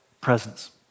presence